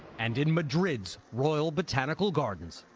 and in madrid's royal botanical gardens.